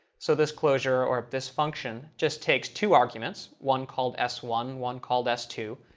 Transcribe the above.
so this closure or this function just takes two arguments, one called s one, one called s two.